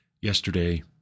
yesterday